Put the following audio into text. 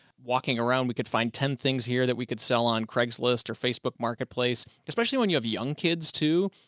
walking around, we could find ten things here that we could sell on craigslist or facebook marketplace. especially when you have young kids too,